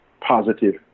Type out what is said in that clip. positive